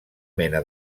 mena